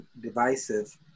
divisive